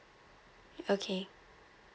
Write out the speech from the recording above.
okay